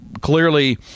clearly